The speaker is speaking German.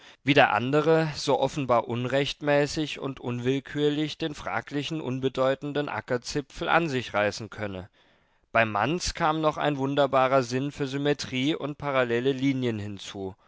wie der andere so offenbar unrechtmäßig und unwillkürlich den fraglichen unbedeutenden ackerzipfel an sich reißen könne bei manz kam noch ein wunderbarer sinn für symmetrie und parallele linien hinzu